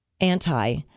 anti-